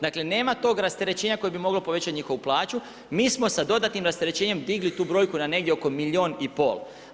Dakle, nema tog rasterećenja koji bi moglo povećati njihovu plaću, mi smo sa dodatnim rastrčanijem digli tu brojku na negdje oko milijun i pol.